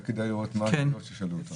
היה כדאי לראות מה השאלות ששאלו אותם.